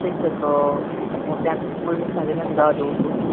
ઠીક છે તો હું ત્યાં પોલીસ સ્ટેશને જઈને જ રાહ જોઉં છું